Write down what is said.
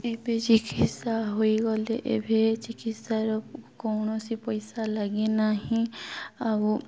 ଏବେ ଚିକିତ୍ସା ହୋଇଗଲେ ଏବେ ଚିକିତ୍ସାର କୌଣସି ପଇସା ଲାଗେ ନାହିଁ ଆଉ